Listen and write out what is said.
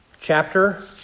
chapter